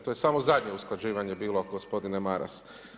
To je samo zadnje usklađivanje bilo gospodine Maras.